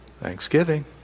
thanksgiving